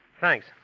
Thanks